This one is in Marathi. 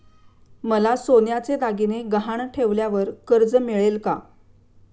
मला सोन्याचे दागिने गहाण ठेवल्यावर कर्ज मिळेल का?